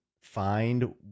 find